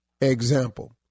Example